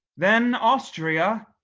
then, austria,